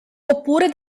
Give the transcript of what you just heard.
oppure